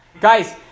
Guys